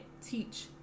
teach